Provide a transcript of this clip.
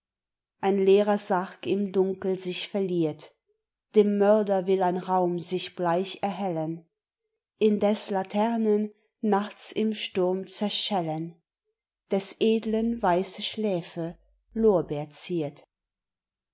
ein leerer sarg im dunkel sich verliert dem mörder will ein raum sich bleich erhellen indes laternen nachts im sturm zerschellen des edlen weiße schläfe lorbeer ziert